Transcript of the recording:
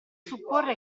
supporre